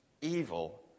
evil